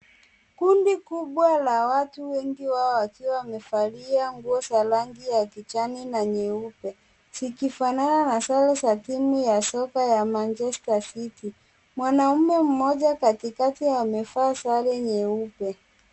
Kundi kubwa la watu wengi wao wakiwa wamevalia nguo za rangi ya kijani na nyeupe, zikifanana na sare za timu ya soka ya Manchester City. Mwanaume mmoja katikati amevaa sare nyeupe.